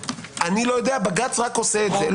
לא יודע, בג"ץ רק עושה את זה.